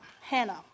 Hannah